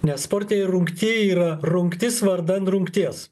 nes sportinėj rungty yra rungtis vardan rungties